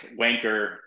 wanker